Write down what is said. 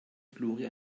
flori